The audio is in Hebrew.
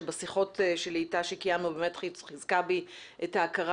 שבשיחות שלי איתה שקיימנו היא חיזקה בי את ההכרה